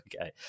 Okay